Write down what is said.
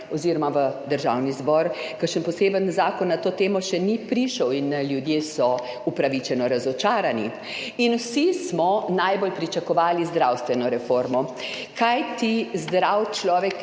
oziroma v Državni zbor kakšen poseben zakon na to temo še ni prišel in ljudje so upravičeno razočarani. Vsi smo najbolj pričakovali zdravstveno reformo, kajti zdrav človek